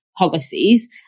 policies